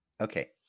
okay